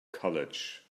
college